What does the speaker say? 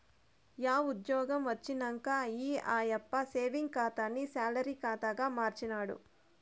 yeah ఉజ్జ్యోగం వచ్చినంక ఈ ఆయప్ప సేవింగ్స్ ఖాతాని సాలరీ కాతాగా మార్చినాడు